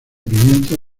pimientos